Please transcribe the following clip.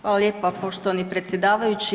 Hvala lijepa poštovani predsjedavajući.